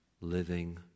living